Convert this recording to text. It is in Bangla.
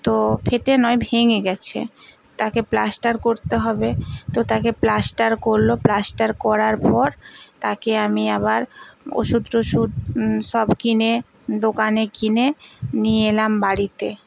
তো ফেটে নয় ভেঙে গেছে তাকে প্লাস্টার করতে হবে তো তাকে প্লাস্টার করলো প্লাস্টার করার পর তাকে আমি আবার ওষুধ টোষুধ সব কিনে দোকানে কিনে নিয়ে এলাম বাড়িতে